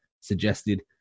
suggested